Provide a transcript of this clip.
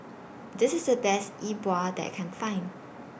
This IS The Best E Bua that I Can Find